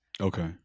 Okay